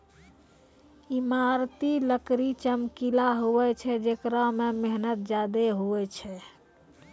ईमारती लकड़ी चमकिला हुवै छै जेकरा मे मेहनत ज्यादा हुवै छै